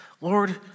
Lord